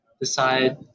decide